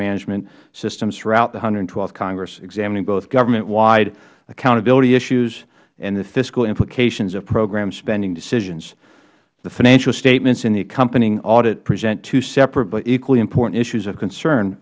management systems throughout the th congress examining both government wide accountability issues and the fiscal implications of program spending decisions the financial statements in the accompanying audit present two separate but equally important issues of concern